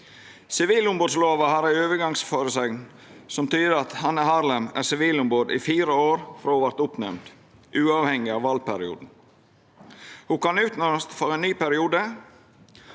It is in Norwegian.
Sivilombodslova har ei overgangsføresegn som tyder at Hanne Harlem er sivilombod i fire år frå ho vart oppnemnd, uavhengig av valperioden. Ho kan utnemnast for ein ny periode,